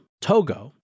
Togo